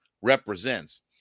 represents